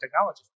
technology